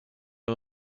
are